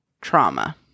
trauma